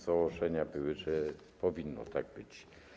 Założenia były, że powinno tak być.